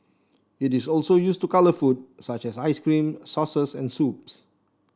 it is also used to colour food such as ice cream sauces and soups